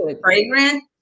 fragrant